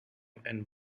and